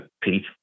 Pete